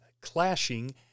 clashing